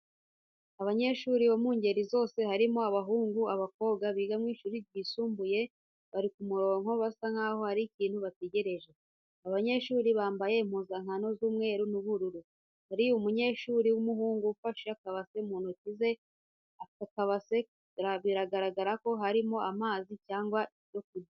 Abanyeshuri bo mu ngeri zose harimo abahungu, abakobwa biga mu ishuri ry'isumbuye, bari ku murongo basa nkaho hari ikintu bategereje. Aba banyeshuri bambaye impuzankano z'umweru n'ubururu, hari umunyeshuri w'umuhungu ufashe akabase mu ntoki ze, aka kabase biragaragara ko karimo amazi cyangwa ibyo kurya.